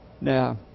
Now